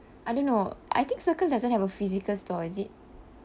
I didn't know I think circles doesn't have a physical store is it